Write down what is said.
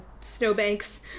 snowbanks